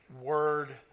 word